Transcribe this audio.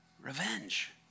revenge